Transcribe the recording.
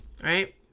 right